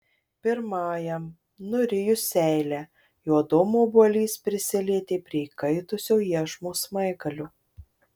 pirmajam nurijus seilę jo adomo obuolys prisilietė prie įkaitusio iešmo smaigalio